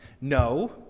No